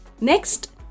Next